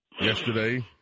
yesterday